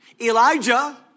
Elijah